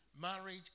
Marriage